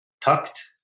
tucked